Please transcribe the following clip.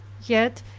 yet,